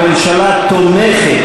הממשלה תומכת,